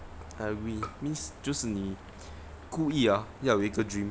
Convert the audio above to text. I agree means 就是你故意啊要有一个 dream